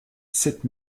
sept